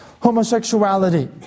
homosexuality